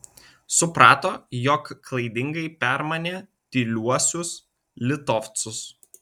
suprato jog klaidingai permanė tyliuosius litovcus